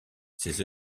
ses